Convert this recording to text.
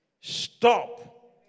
stop